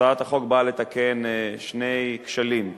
הצעת החוק באה לתקן שני כשלים: